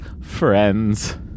friends